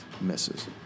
Misses